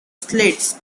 slits